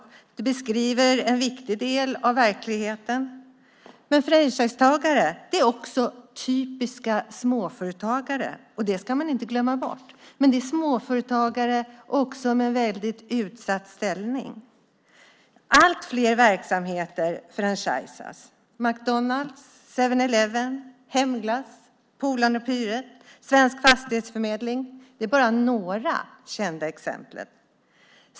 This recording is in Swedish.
Dessa rubriker beskriver en viktig del av verkligheten. Men franchisetagare är också typiska småföretagare. Det ska man inte glömma bort. De är småföretagare i en utsatt ställning. Allt fler verksamheter utövas på franchisebasis. McDonalds, 7-Eleven, Hemglass, Polarn O. Pyret och Svensk Fastighetsförmedling är bara några kända exempel.